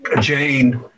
Jane